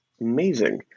Amazing